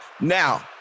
Now